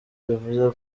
bivuze